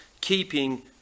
keeping